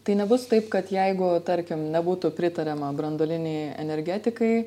tai nebus taip kad jeigu tarkim nebūtų pritariama branduolinei energetikai